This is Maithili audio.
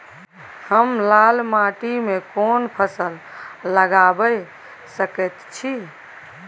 हम लाल माटी में कोन फसल लगाबै सकेत छी?